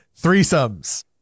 threesomes